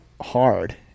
hard